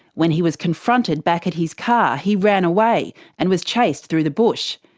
when he was confronted back at his car, he ran away and was chased through the bush.